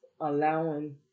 allowing